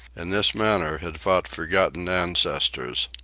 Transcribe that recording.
in this manner had fought forgotten ancestors.